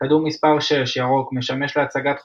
כדור מספר 6 - ירוק - משמש להצגת חוצנים,